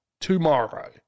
tomorrow